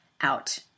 out